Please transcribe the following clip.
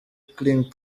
cycling